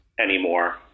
anymore